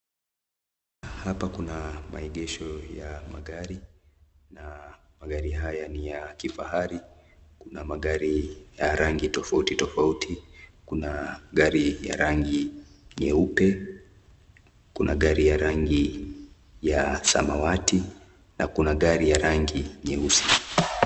Hapa kuna maegesho ya magari na magari haya ni ya kifahari. Kuna magari ya rangi tofauti tofauti. Kuna gari ya rangi nyeupe, kuna gari ya rangi ya samawati na kuna gari ya rangi nyeusi.